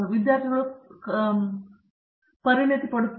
ಪ್ರತಾಪ್ ಹರಿಡೋಸ್ ಸರಿ